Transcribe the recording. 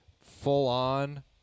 full-on